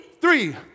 three